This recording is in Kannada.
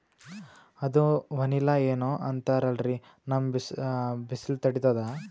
ಅದು ವನಿಲಾ ಏನೋ ಅಂತಾರಲ್ರೀ, ನಮ್ ಬಿಸಿಲ ತಡೀತದಾ?